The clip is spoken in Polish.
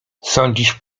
sądzisz